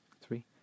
three